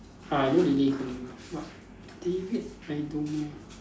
I know Lily coming ah but David I don't know